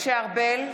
משה ארבל,